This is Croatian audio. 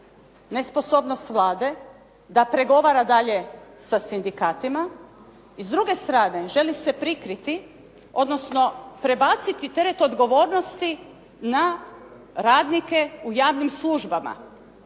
nesposobnost Vlade da pregovara dalje sa sindikatima. I s druge strane, želi se prikriti odnosno prebaciti teret odgovornosti na radnike u javnim službama